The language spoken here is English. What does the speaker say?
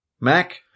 Mac